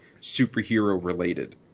superhero-related